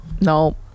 no